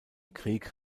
krieg